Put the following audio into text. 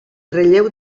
relleu